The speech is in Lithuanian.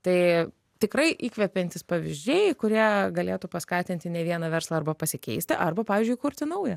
tai tikrai įkvepiantys pavyzdžiai kurie galėtų paskatinti ne vieną verslą arba pasikeisti arba pavyzdžiui kurti naują